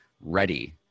ready